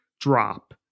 drop